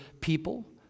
people